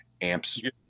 amps